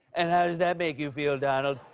and how does that make you feel, donald?